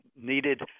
needed